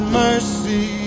mercy